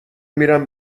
میرم